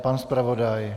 Pan zpravodaj?